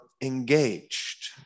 engaged